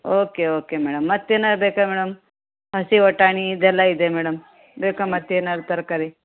okay okay madam ಮತ್ತೇನಾದ್ರ್ ಬೇಕಾ madam ಹಸಿ ಬಟಾಣಿ ಇದೆಲ್ಲ ಇದೆ ಮೇಡಮ್ ಬೇಕಾ ಮತ್ತೇನಾದ್ರ್ ತರಕಾರಿ